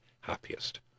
happiest